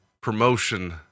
promotion